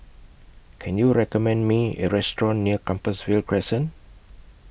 Can YOU recommend Me A Restaurant near Compassvale Crescent